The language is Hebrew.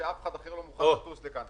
כשאף אחד אחר לא מוכן לטוס לכאן,